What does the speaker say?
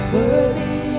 Worthy